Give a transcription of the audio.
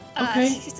Okay